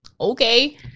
Okay